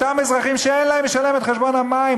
אותם אזרחים שאין להם לשלם את חשבון המים,